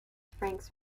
francs